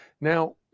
Now